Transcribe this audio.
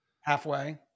halfway